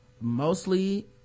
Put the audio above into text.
Mostly